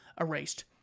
erased